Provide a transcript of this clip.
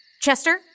Chester